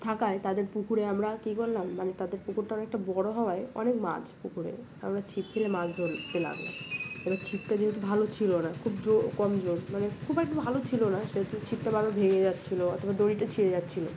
থাকায় তাদের পুকুরে আমরা কী করলাম মানে তাদের পুকুরটা অনেকটা বড় হওয়ায় অনেক মাছ পুকুরে আমরা ছিপ ফেলে মাছ ধরতে লাগলাম এবার ছিপটা যেহেতু ভালো ছিল না খুব কমজোর মানে খুব একটা ভালো ছিল না সেহেতু ছিপটা বারবার ভেঙে যাচ্ছিল অথবা দড়িটা ছিঁড়ে যাচ্ছিল